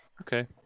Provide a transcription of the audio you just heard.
Okay